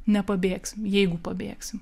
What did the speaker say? nepabėgsim jeigu pabėgsim